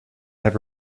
have